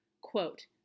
Quote